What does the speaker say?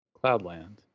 Cloudland